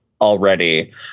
already